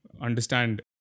understand